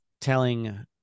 telling